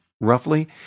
Roughly